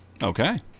Okay